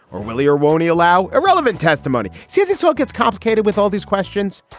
or will he or won't he allow irrelevant testimony? see, this all gets complicated with all these questions.